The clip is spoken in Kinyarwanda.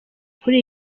kuri